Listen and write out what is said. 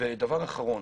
דבר אחרון